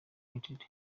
united